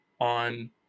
on